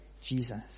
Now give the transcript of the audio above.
Jesus